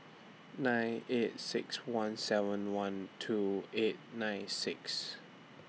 nine eight six one seven one two eight nine six